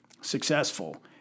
successful